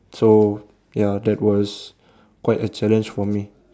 so ya that was quite a challenge for me